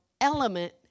element